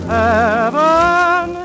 heaven